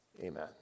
Amen